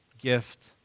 gift